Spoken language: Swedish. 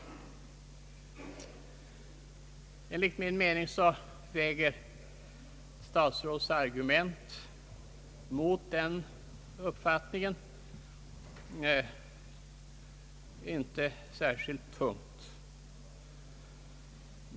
Enligt min mening väger statsrådets argument mot den uppfattningen inte särskilt tungt.